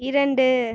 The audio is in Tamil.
இரண்டு